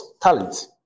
talent